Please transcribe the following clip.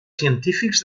científics